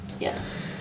Yes